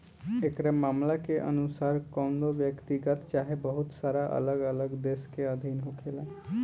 एकरा मामला के अनुसार कवनो व्यक्तिगत चाहे बहुत सारा अलग अलग देश के अधीन होखेला